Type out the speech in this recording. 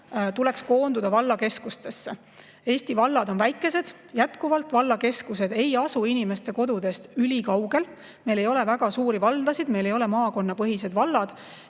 tuleks koondada vallakeskustesse. Eesti vallad on jätkuvalt väikesed, vallakeskused ei asu inimeste kodudest ülikaugel, meil ei ole väga suuri valdasid, meil ei ole maakonnapõhised vallad.